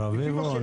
רביבו,